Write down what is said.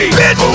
bitch